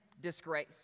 Disgrace